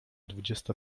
dwudziesta